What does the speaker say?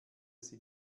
sie